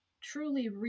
truly